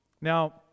Now